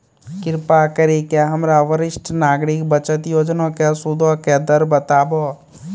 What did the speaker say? कृपा करि के हमरा वरिष्ठ नागरिक बचत योजना के सूदो के दर बताबो